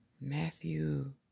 Matthew